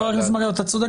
אתה צודק